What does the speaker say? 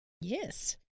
Yes